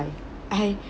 I